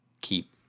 keep